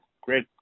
Great